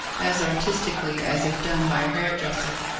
as artistically as if done by a hairdresser.